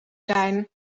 zijn